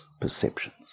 perceptions